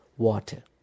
water